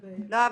15- - לא,